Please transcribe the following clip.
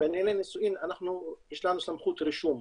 ובענייני נישואים יש לנו סמכות רישום,